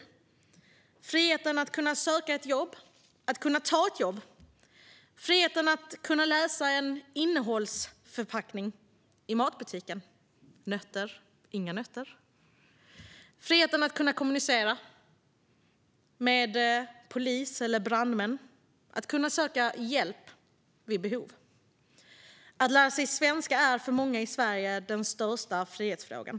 Det handlar också om friheten att kunna söka ett jobb och att kunna ta ett jobb, att kunna läsa en innehållsförteckning i matbutiken - Nötter eller inga nötter? - att kunna kommunicera med polis eller brandmän och att kunna söka hjälp vid behov. Att lära sig svenska är för många i Sverige den största frihetsfrågan.